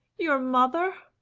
your mother!